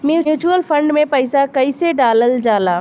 Mutual fund मे पईसा कइसे डालल जाला?